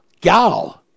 gal